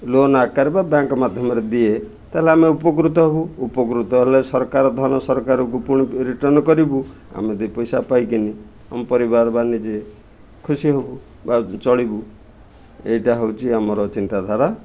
loan ଆକାର ବା bank ମାଧ୍ୟମରେ ଦିଏ ତାହେଲେ ଆମେ ଉପକୃତ ହେବୁ ଉପକୃତ ହେଲେ ସରକାର ଧନ ସରକାରକୁ ପୁଣି ରିଟର୍ଣ୍ଣ କରିବୁ ଆମେ ଦୁଇ ପଇସା ପାଇକିନି ଆମ ପରିବାର ବା ନିଜେ ଖୁସି ହେବୁ ବା ଚଳିବୁ ଏଇଟା ହେଉଛି ଆମର ଚିନ୍ତାଧାରା